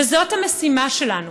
וזאת המשימה שלנו,